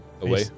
away